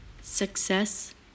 success